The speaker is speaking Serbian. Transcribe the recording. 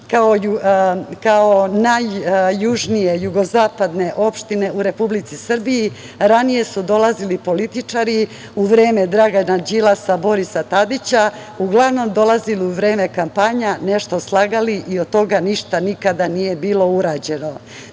kao i najjužnije jugozapadne opštine, u Republici Srbiji, ranije su dolazili političari u vreme Dragana Đilasa, Borisa Tadića, uglavnom dolazili u vreme kampanja, nešto slagali i od toga ništa nikada nije bilo urađeno. Dakle,